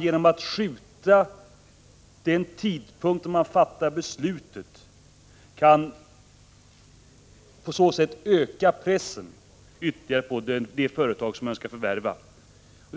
Genom att skjuta på den tidpunkt då beslutet fattas kan pressen på det företag som man önskar förvärva ökas ytterligare.